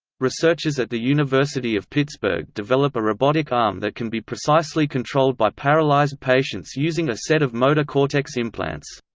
researchers at the university of pittsburgh develop a robotic arm that can be precisely controlled by paralyzed patients using a set of motor cortex implants.